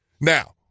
Now